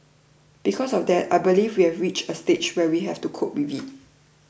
because of that I believe we have reached a stage where we have to cope with it